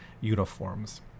uniforms